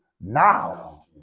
now